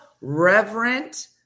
reverent